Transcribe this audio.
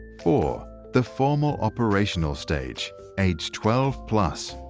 four the formal operational stage age twelve plus.